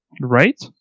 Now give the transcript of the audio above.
right